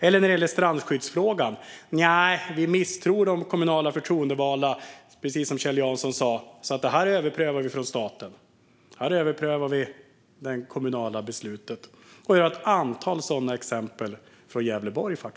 Eller när det gäller strandskyddsfrågan: Nej, vi misstror de kommunala förtroendevalda - precis som Kjell Jansson sa - så de här besluten överprövar vi från staten. Fru talman! Vi har ett antal sådana exempel i Gävleborg.